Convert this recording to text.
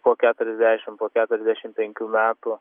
po keturiasdešim po keturiasdešim penkių metų